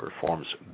performs